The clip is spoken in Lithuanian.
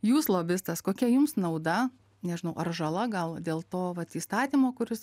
jūs lobistas kokia jums nauda nežinau ar žala gal dėl to vat įstatymo kuris